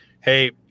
Hey